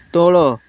ତଳ